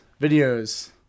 videos